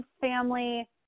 family